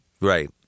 Right